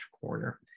corner